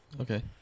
Okay